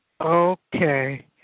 Okay